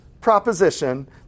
proposition